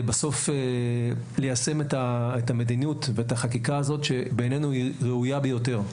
בסוף ליישם את המדיניות ואת החקיקה הזאת שבעינינו היא ראויה ביותר.